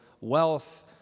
wealth